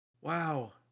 Wow